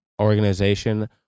Organization